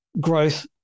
growth